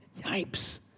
Yipes